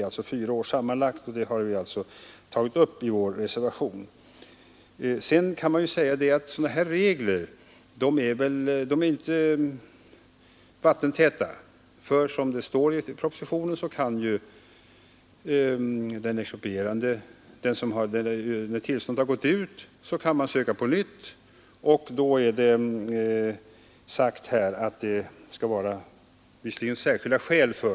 Detta har vi alltså föreslagit i vår reservation. Sådana här regler är inte vattentäta. Som det står i propositionen kan man, när tillståndet gått ut, söka på nytt. Då är det sagt att det skall vara särskilda skäl.